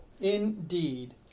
Indeed